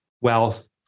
wealth